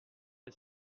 est